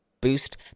boost